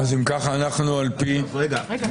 אז אם ככה אנחנו על פי יעל,